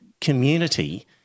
community